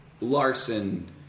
Larson